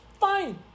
fine